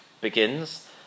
begins